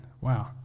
Wow